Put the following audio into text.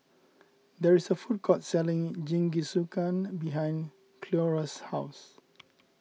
there is a food court selling Jingisukan behind Cleora's house